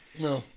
No